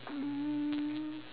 um